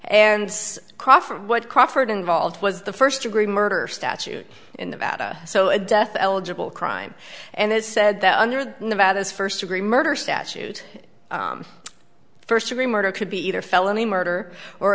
crawford what crawford involved was the first degree murder statute in the data so a death eligible crime and it's said that under the nevada's first degree murder statute first degree murder could be either felony murder or